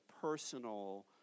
personal